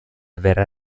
verrà